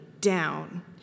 down